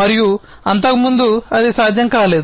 మరియు అంతకుముందు అది సాధ్యం కాలేదు